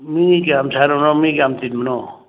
ꯃꯤ ꯀꯌꯥꯝ ꯁꯥꯟꯅꯕꯅꯣ ꯃꯤ ꯀꯌꯥꯝ ꯇꯤꯟꯕꯅꯣ